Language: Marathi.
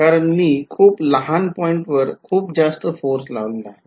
कारण मी खूप लहान पॉईंटवर खूप जास्त फोर्स लावलेला आहे